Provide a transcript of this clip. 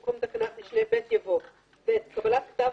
במקום תקנת משנה (ב) יבוא: (ב) קבלת כתב